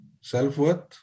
Self-worth